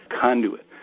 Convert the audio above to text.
conduit